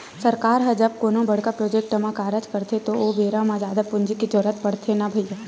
सरकार ह जब कोनो बड़का प्रोजेक्ट म कारज करथे ओ बेरा म जादा पूंजी के जरुरत पड़थे न भैइया